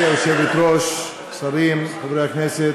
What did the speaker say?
גברתי היושבת-ראש, שרים, חברי הכנסת,